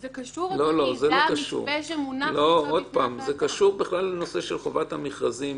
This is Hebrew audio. זה קשור לנושא של חובת המכרזים,